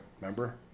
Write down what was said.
Remember